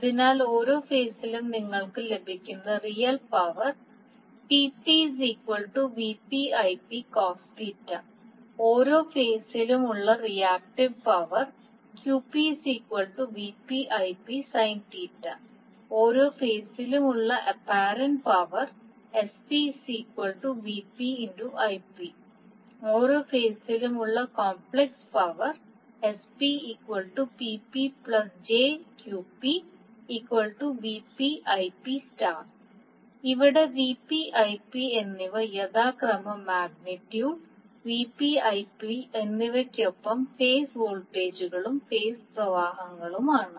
അതിനാൽ ഓരോ ഫേസിലും നിങ്ങൾക്ക് ലഭിക്കുന്ന റിയൽ പവർ ഓരോ ഫേസിലും ഉള്ള റിയാക്ടീവ് പവർ ഓരോ ഫേസിലും ഉള്ള അപാരൻറ്റ് പവർ ഓരോ ഫേസിലും ഉള്ള കോംപ്ലക്സ് പവർ ഇവിടെ Vp Ip എന്നിവ യഥാക്രമം മാഗ്നിറ്റ്യൂഡ് Vp Ip എന്നിവയ്ക്കൊപ്പം ഫേസ് വോൾട്ടേജുകളും ഫേസ് പ്രവാഹങ്ങളുമാണ്